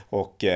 och